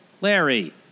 Larry